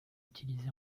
utilisé